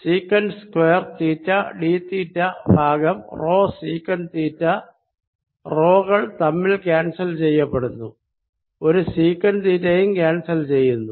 secant square theta d theta ഭാഗം rho secant theta rho കൾ തമ്മിൽ ക്യാൻസൽ ചെയ്യപ്പെടുന്നുഒരു സീക്കന്റ് തീറ്റയും ക്യാൻസൽ ചെയ്യുന്നു